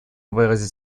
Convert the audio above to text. выразить